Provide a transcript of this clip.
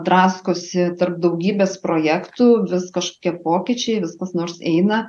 draskosi tarp daugybės projektų vis kažkokie pokyčiai vis kas nors eina